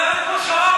הממשלה,